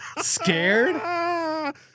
Scared